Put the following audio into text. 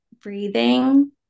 breathing